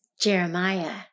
Jeremiah